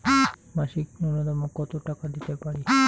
মাসিক নূন্যতম কত টাকা দিতে পারি?